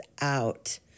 out